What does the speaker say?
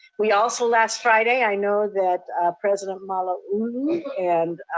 we also, last friday, i know that president malauulu and